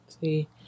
See